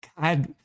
God